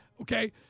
okay